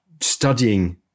studying